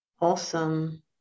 awesome